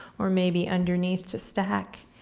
or maybe underneath to stack.